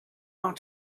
are